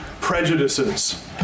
prejudices